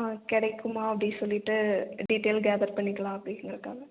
ஆ கிடைக்குமா அப்படி சொல்லிகிட்டு டீடெயில் கேதர் பண்ணிக்கலாம் பேசுகிறேன்